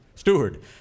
Steward